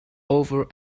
over